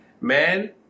man